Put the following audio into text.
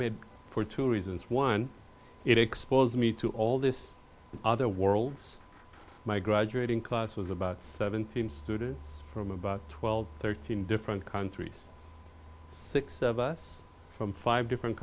made for two reasons one it exposed me to all this other worlds my graduating class was about seventeen students from about twelve thirteen different countries six of us from five different